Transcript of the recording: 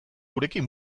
gurekin